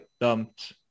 dumped